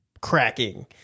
cracking